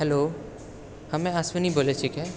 hello हमे अश्विनी बोलै छिकै